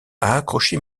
accroché